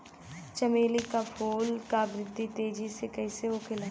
चमेली क फूल क वृद्धि तेजी से कईसे होखेला?